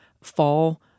fall